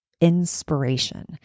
inspiration